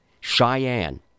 Cheyenne